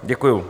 Děkuju.